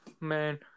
Man